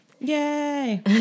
Yay